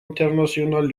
internationales